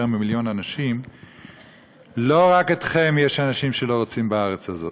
יותר ממיליון אנשים: לא רק אתכם יש אנשים שלא רוצים בארץ הזאת.